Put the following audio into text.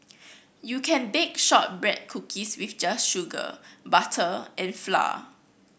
you can bake shortbread cookies with just sugar butter and flour